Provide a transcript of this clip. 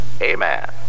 Amen